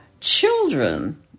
children